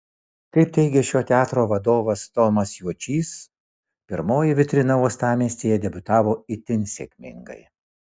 kaip teigė šio teatro vadovas tomas juočys pirmoji vitrina uostamiestyje debiutavo itin sėkmingai